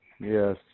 Yes